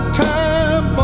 time